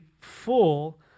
full